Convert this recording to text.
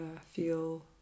feel